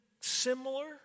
similar